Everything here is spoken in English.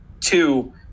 two